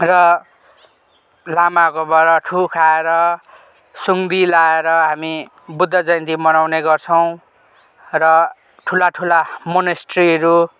र लामाकोबाट ठू खाएर सुङ्ग्दी लगाएर हामी बुद्ध जयन्ती मनाउने गर्छौँ र ठुला ठुला मोनेस्ट्रीहरू